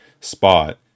spot